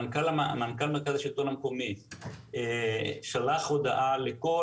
מנכ"ל מרכז השלטון המקומי שלח הודעה לכל